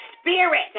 spirit